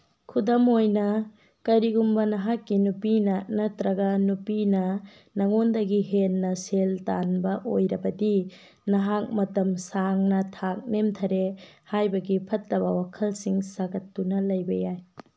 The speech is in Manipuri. ꯈꯨꯗꯝ ꯑꯣꯏꯅ ꯀꯔꯤꯒꯨꯝꯕ ꯅꯍꯥꯛꯀꯤ ꯅꯨꯄꯤꯅ ꯅꯠꯇ꯭ꯔꯒ ꯅꯨꯄꯤꯅ ꯅꯪꯉꯣꯟꯗꯒꯤ ꯍꯦꯟꯅ ꯁꯦꯜ ꯇꯥꯟꯕ ꯑꯣꯏꯔꯕꯗꯤ ꯅꯍꯥꯛ ꯃꯇꯝ ꯁꯥꯡꯅ ꯊꯥꯛ ꯅꯦꯝꯊꯔꯦ ꯍꯥꯏꯕꯒꯤ ꯐꯠꯇꯕ ꯋꯥꯈꯜꯁꯤꯡ ꯁꯥꯒꯠꯇꯨꯅ ꯂꯩꯕ ꯌꯥꯏ